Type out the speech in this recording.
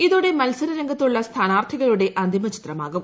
ഇതോടെ മത്സര രഗംത്തുള്ള സ്ഥാനാർഥികളുടെ അന്തിമ ചിത്രമാകും